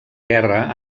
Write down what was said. guerra